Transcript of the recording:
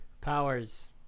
powers